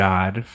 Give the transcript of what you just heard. God